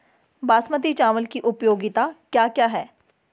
बासमती चावल की उपयोगिताओं क्या क्या हैं?